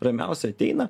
ramiausiai ateina